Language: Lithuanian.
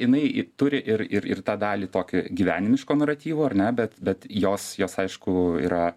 jinai turi ir ir ir tą dalį tokio gyvenimiško naratyvo ar ne bet bet jos jos aišku yra